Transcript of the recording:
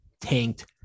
tanked